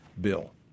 bill